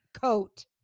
coat